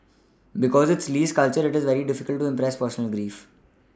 because in Lee's culture it is very difficult to express personal grief